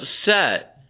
upset